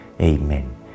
Amen